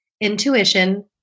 intuition